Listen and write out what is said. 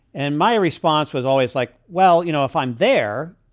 and my response was always like, well, you know, if i'm there,